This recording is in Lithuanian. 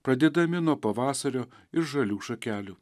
pradėdami nuo pavasario ir žalių šakelių